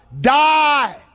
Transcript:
Die